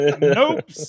Nope